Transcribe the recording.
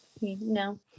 No